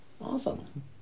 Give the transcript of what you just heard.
Awesome